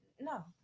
no